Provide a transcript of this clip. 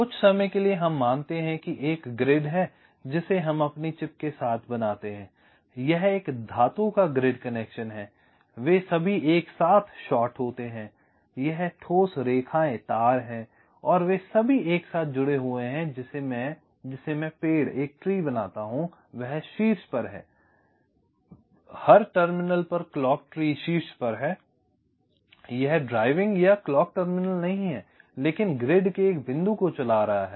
कुछ समय के लिए हम मानते हैं कि एक ग्रिड है जिसे हम अपने चिप के साथ बनाते हैं यह एक धातु का ग्रिड कनेक्शन है वे सभी एक साथ शॉर्ट होते हैं यह ठोस रेखाएं तार हैं वे सभी एक साथ जुड़े हुए हैं और जिस पेड़ से मैं पेड़ बनाता हूं वह शीर्ष पर है हर टर्मिनल पर क्लॉक ट्री शीर्ष पर है यह ड्राइविंग या क्लॉक टर्मिनल नहीं है लेकिन ग्रिड के एक बिंदु को चला रहा है